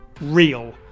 real